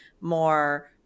more